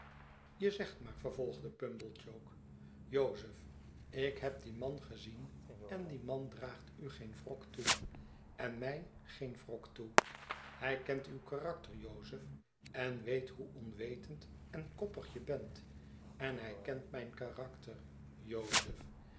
je zegt maar vervolgde pumblechook jozef ik heb dien man gezien en die man draagt u geen wrok toe en mij geen wrok toe hij kent uw karakter jozef en weet hoe onwetend en koppig je bent en hij kent rnijn karakter jozef